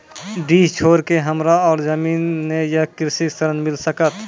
डीह छोर के हमरा और जमीन ने ये कृषि ऋण मिल सकत?